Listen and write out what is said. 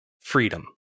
freedom